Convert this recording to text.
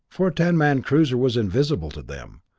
for a ten-man cruiser was invisible to them,